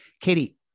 Katie